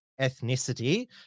ethnicity